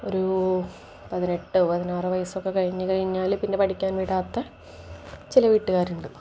ഒരു പതിനെട്ട് പതിനാറ് വയസ്സൊക്കെ കഴിഞ്ഞു കഴിഞ്ഞാൽ പിന്നെ പഠിക്കാൻ വിടാത്ത ചില വീട്ടുകാരുണ്ട്